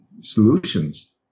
solutions